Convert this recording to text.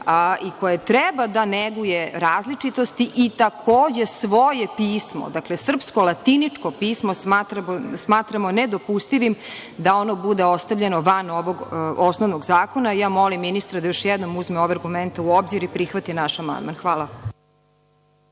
i koje treba da neguje različitosti i takođe svoje pismo, dakle srpsko latinično pismo, smatramo nedopustivim da ono bude ostavljeno van ovog osnovnog zakona. Molim ministra da još jednom uzme ove argumente u obzir i prihvati naš amandman. Hvala.